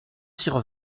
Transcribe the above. sur